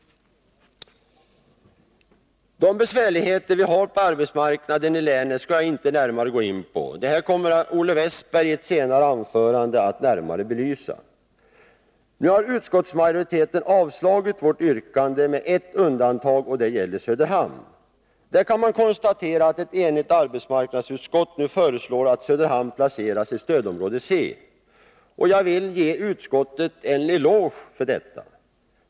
De besvärligheter vi har på arbetsmarknaden i länet skall jag inte närmare gå in på. Detta kommer Olle Westberg i Hofors att närmare belysa i ett senare anförande. Utskottsmajoriteten har avstyrkt vårt yrkande med ett undantag, och det gäller Söderhamn. Man kan konstatera att ett enigt arbetsmarknadsutskott nu föreslår att Söderhamn placeras i stödområde C. Jag vill ge utskottet en eloge för detta.